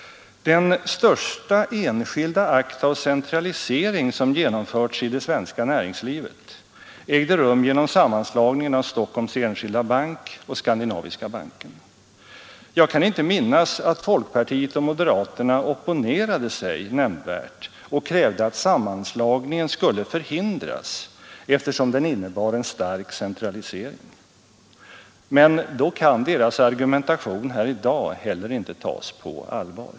Den största enskilda akt av centralisering som genomförts i det svenska näringslivet ägde rum genom sammanslagningen av Stockholms enskilda bank och Skandinaviska banken. Jag kan inte minnas att folkpartiet och moderaterna opponerade sig och krävde att sammanslagningen skulle förhindras, eftersom den innebar en stark centralisering. Men då kan deras argumentation här i dag inte heller tas på allvar.